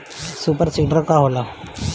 Super seeder का होला?